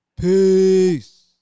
Peace